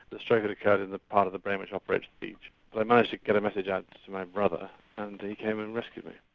the stroke had occurred in that part of the brain which operates speech. but i managed to get a message out to my brother and he came and rescued me.